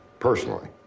personally.